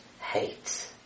hate